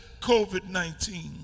COVID-19